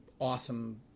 awesome